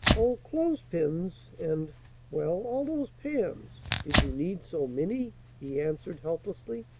oh, clothes-pins and well, all those pans. did you need so many? he answered helplessly.